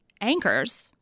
anchors